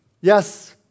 Yes